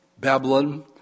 Babylon